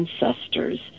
ancestors